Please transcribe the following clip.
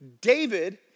David